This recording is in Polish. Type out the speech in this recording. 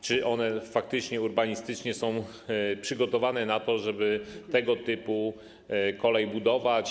Czy one faktycznie są urbanistycznie przygotowane na to, żeby tego typu kolej budować?